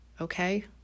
Okay